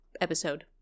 episode